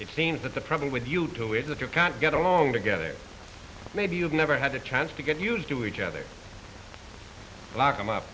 it seems that the problem with you go is that you can't get along together maybe you've never had a chance to get used to each other lock them up